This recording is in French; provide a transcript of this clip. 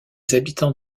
habitants